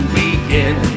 begin